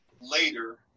later